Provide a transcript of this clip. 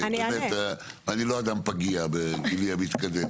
אני לא אדם פגיע בגילי המתקדם.